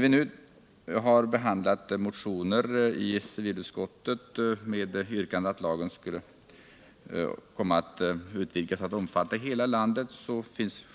Vid vår behandling i civilutskottet av motioner med yrkanden om att lagen skall utvidgas till att omfatta hela landet har